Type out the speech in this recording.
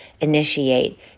initiate